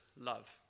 love